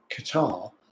Qatar